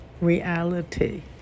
reality